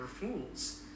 fools